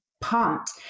pumped